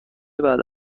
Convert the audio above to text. بعد